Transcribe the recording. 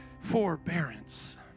forbearance